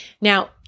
Now